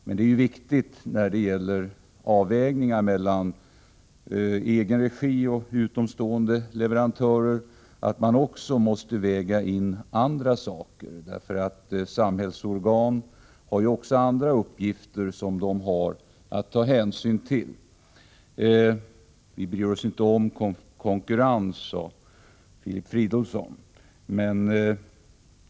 Men när det gäller valet mellan egen regi och utomstående leverantörer är det viktigt att också väga in andra saker. Samhällsorgan har ju också andra uppgifter som man får ta hänsyn till. Ni bryr er inte om konkurrens, sade Filip Fridolfsson.